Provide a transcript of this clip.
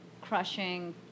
crushing